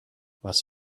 was